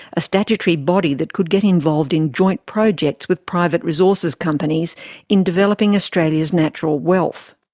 a statutory body that could get involved in joint projects with private resources companies in developing australia's natural wealth.